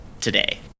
today